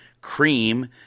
cream